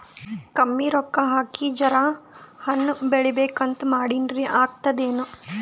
ಕಮ್ಮಿ ರೊಕ್ಕ ಹಾಕಿ ಜರಾ ಹಣ್ ಬೆಳಿಬೇಕಂತ ಮಾಡಿನ್ರಿ, ಆಗ್ತದೇನ?